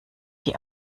die